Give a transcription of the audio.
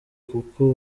kuko